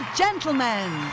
gentlemen